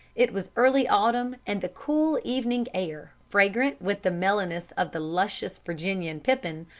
it was early autumn, and the cool evening air, fragrant with the mellowness of the luscious virginian pippin,